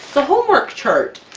so homework chart.